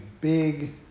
big